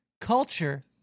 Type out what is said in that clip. Culture